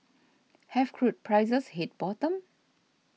have crude prices hit bottom